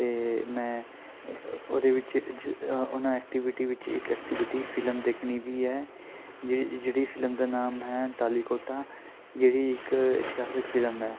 ਅਤੇ ਮੈਂ ਉਹਦੇ ਵਿੱਚ ਉਹਨਾਂ ਐਕਟੀਵਿਟੀ ਵਿੱਚ ਇੱਕ ਐਕਟੀਵਿਟੀ ਫਿਲਮ ਦੇਖਣੀ ਵੀ ਹੈ ਜਿਹੜੀ ਜਿਹੜੀ ਫਿਲਮ ਦਾ ਨਾਮ ਹੈ ਦਾਲੀਕੋਟਾ ਜਿਹੜੀ ਇੱਕ ਇਤਿਹਾਸਿਕ ਫਿਲਮ ਹੈ